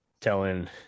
telling